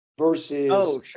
Versus